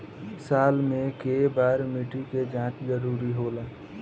साल में केय बार मिट्टी के जाँच जरूरी होला?